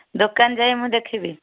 ଦୋକାନ ଯାଇ ମୁଁ ଦେଖିବି